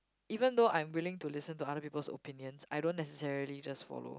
even though I'm willing to listen to other people's opinions I don't necessarily just follow